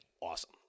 awesome